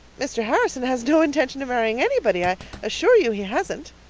mr. harrison has no intention of marrying anybody. i assure you he hasn't.